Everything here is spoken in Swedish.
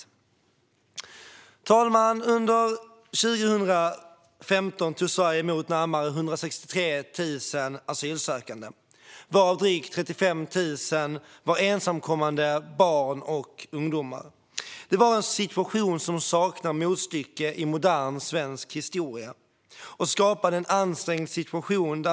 Fru talman! Under 2015 tog Sverige emot närmare 163 000 asylsökande, varav drygt 35 000 var ensamkommande barn och ungdomar. Det var en situation som saknar motstycke i modern svensk historia och skapade en ansträngd situation.